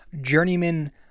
journeyman